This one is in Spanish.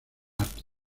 arte